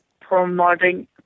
promoting